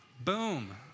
Boom